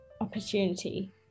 opportunity